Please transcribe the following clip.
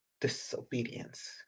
disobedience